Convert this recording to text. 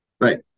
Right